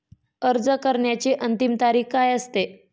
अर्ज करण्याची अंतिम तारीख काय असते?